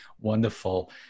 Wonderful